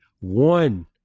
one